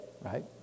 right